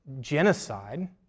genocide